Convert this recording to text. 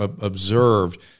observed